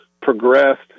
progressed